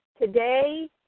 Today